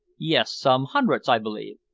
yes, some hundreds, i believe.